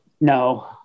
No